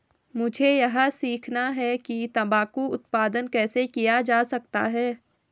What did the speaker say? मुझे यह सीखना है कि तंबाकू उत्पादन कैसे किया जा सकता है?